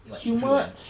okay what influence